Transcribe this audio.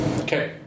Okay